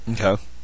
Okay